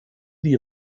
die